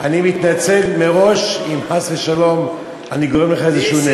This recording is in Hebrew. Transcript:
אני מתנצל מראש אם חס ושלום אני גורם לך איזשהו נזק.